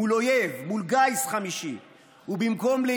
מול אויב,